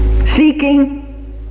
seeking